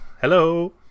Hello